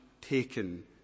taken